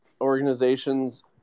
organizations